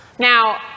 Now